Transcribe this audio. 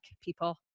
people